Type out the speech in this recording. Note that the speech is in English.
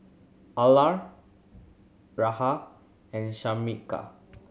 Ellar Rahn and Shamika